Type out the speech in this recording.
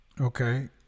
okay